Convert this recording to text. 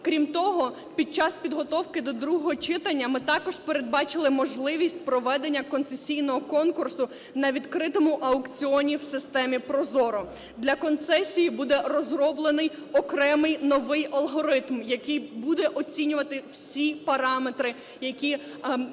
Крім того, під час підготовки до другого читання ми також передбачили можливість проведення концесійного конкурсу на відкритому аукціоні в системі ProZorro. Для концесії буде розроблений окремий новий алгоритм, який буде оцінювати всі параметри, які оцінюються,